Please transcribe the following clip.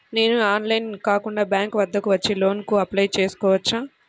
నేను ఆన్లైన్లో కాకుండా బ్యాంక్ వద్దకు వచ్చి లోన్ కు అప్లై చేసుకోవచ్చా?